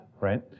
right